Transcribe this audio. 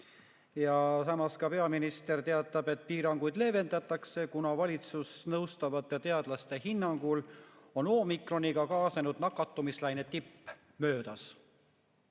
Samas ka peaminister teatas, et piiranguid leevendatakse, kuna valitsust nõustavate teadlaste hinnangul on omikroniga kaasnenud nakatumislaine tipp möödas.